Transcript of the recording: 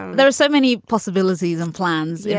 there are so many possibilities and plans. yeah